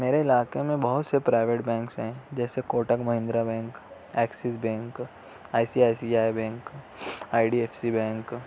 میرے علاقے میں بہت سے پرائیویٹ بینکس ہیں جیسے Kotak Mahindra bank Axis bank I C I C I bank I D F C bank